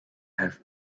have